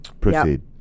Proceed